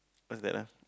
what's that lah